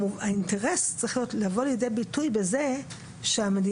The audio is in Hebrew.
האינטרס צריך לבוא לידי ביטוי בזה שהמדינה